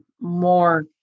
more